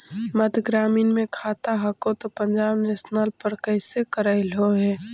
मध्य ग्रामीण मे खाता हको तौ पंजाब नेशनल पर कैसे करैलहो हे?